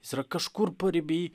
jis yra kažkur pariby